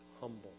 humble